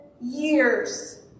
years